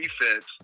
defense